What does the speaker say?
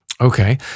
Okay